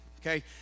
Okay